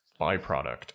byproduct